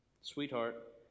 Sweetheart